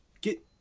get